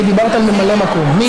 ודיברת על ממלא מקום,